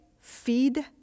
feed